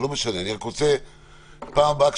אני רק רוצה שבפעם הבאה,